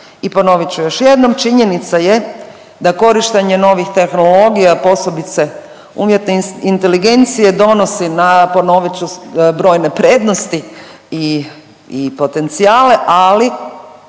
I ponovit ću još jednom činjenica je da korištenje novih tehnologija posebice umjetne inteligencije donosi na ponovit ću brojne prednosti i potencijale, ali